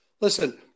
Listen